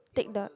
take the